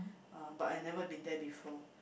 uh but I never been there before